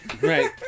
Right